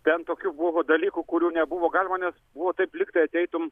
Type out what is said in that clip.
ten tokių buvo dalykų kurių nebuvo galima buvo taip lygtai ateitum